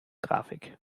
grafik